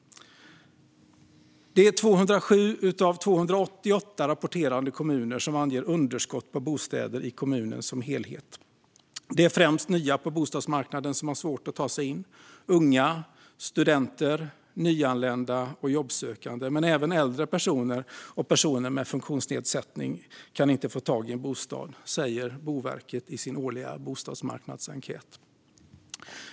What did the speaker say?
Det är 207 av 288 rapporterande kommuner som anger underskott på bostäder i kommunen som helhet. Det är främst nya på bostadsmarknaden som har svårt att ta sig in. Unga, studenter, nyanlända och jobbsökande men även äldre personer och personer med funktionsnedsättning kan inte få tag i en bostad, säger Boverket i sin årliga bostadsmarknadsenkät.